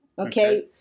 Okay